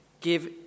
give